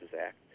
Act